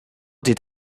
did